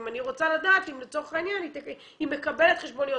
איך תדעי איך זה השפיע אם כל העניין נכנס רק באפריל?